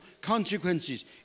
consequences